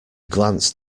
glanced